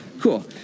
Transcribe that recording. cool